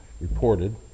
reported